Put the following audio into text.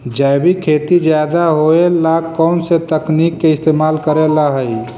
जैविक खेती ज्यादा होये ला कौन से तकनीक के इस्तेमाल करेला हई?